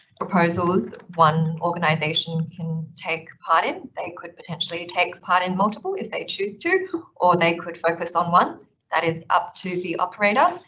proposals one organization can take part in. they could potentially take part in multiple if they choose to or they could focus on one that is up to the operator. um,